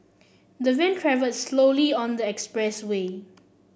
the van travelled slowly on the expressway